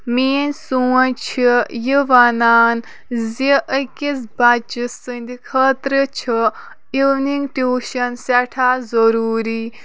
میٛٲنۍ سونٛچ چِھ یِہ وَنان زِ أکِس بَچہِ سٕنٛدِ خٲطرٕ چُھ اِونِنٛگ ٹیوٗشَن سٮ۪ٹھاہ ضروٗری